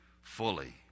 fully